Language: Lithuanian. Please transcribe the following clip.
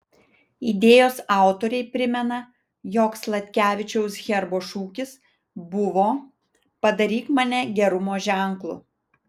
idėjos autoriai primena jog sladkevičiaus herbo šūkis buvo padaryk mane gerumo ženklu